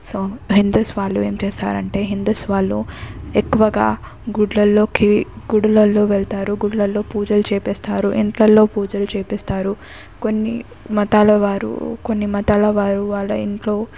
so Hindus వాళ్ళు ఏం చేస్తారంటే హిందూస్ వాళ్ళు ఎక్కువగా గుళ్ళలోకి గుళ్ళలో వెళతారు గుళ్ళల్లో పూజలు చేపిస్తారు ఇళ్ళల్లో పూజలు చేపిస్తారు కొన్ని మతాల వారు కొన్ని మతాల వారు వాళ్ళ ఇంట్లో